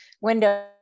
window